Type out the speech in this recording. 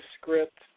script